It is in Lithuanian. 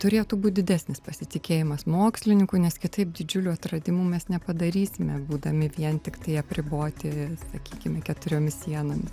turėtų būt didesnis pasitikėjimas mokslininku nes kitaip didžiulių atradimų mes nepadarysime būdami vien tiktai apriboti sakykime keturiomis sienomis